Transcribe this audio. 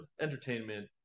entertainment